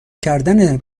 کردن